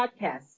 Podcast